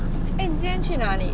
eh 你今天去哪里